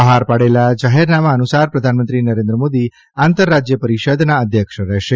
બહાર પાડેલા જાહેરનામા અનુસાર પ્રધાનમંત્રી નરેન્દ્ર મોદી આંતરરાજય પરીષદના અધ્યક્ષ રહેશે